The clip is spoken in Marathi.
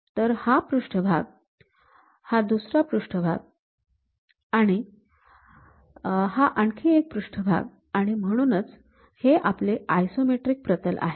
तर हा एक पृष्ठभाग हा दुसरा पृष्ठभाग आणि हा आणखी एक पृष्ठभाग आणि म्हणून हे आपले आयसोमेट्रिक प्रतल आहे